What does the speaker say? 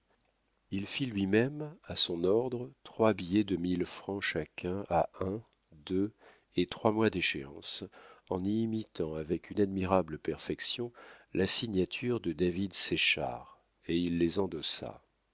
il fit lui-même à son ordre trois billets de mille francs chacun à un deux et trois mois d'échéance en y imitant avec une admirable perfection la signature de david séchard et il les endossa